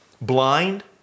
Blind